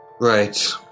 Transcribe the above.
Right